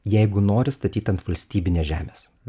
jeigu nori statyt ant valstybinės žemės